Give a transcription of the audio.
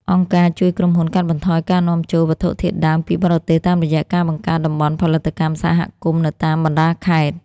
អង្គការជួយក្រុមហ៊ុនកាត់បន្ថយការនាំចូលវត្ថុធាតុដើមពីបរទេស តាមរយៈការបង្កើតតំបន់ផលិតកម្មសហគមន៍នៅតាមបណ្ដាខេត្ត។